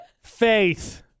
faith